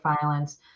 violence